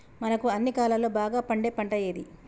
మనకు అన్ని కాలాల్లో బాగా పండే పంట ఏది?